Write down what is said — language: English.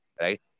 right